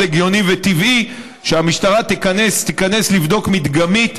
הגיוני וטבעי שהמשטרה תיכנס לבדוק מדגמית,